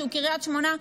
שהוא קריית שמונה,